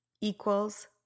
equals